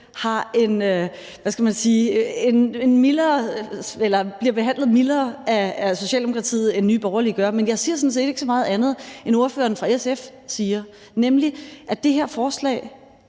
bliver behandlet mildere af Socialdemokratiet, end Nye Borgerlige gør, men jeg siger sådan set ikke så meget andet, end hvad ordføreren fra SF siger, nemlig at det her forslag